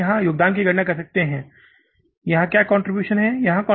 तो अब आप योगदान की गणना कर सकते हैं यहाँ क्या कंट्रीब्यूशन है